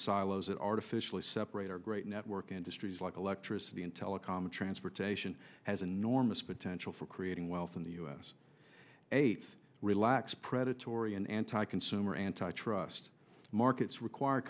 silos that artificially separate our great network industries like electricity and telecom transportation has enormous potential for creating wealth in the u s eights relax predatory and anti consumer anti trust markets require